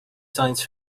science